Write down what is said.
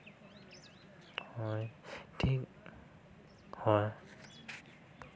ᱦᱳᱭ ᱴᱷᱤᱠ ᱦᱳᱭ